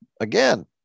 Again